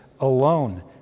alone